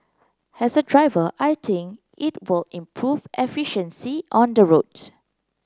as a driver I think it will improve efficiency on the road